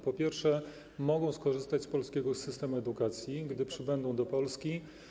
Po pierwsze, mogą skorzystać z polskiego systemu edukacji, gdy przybędą do Polski.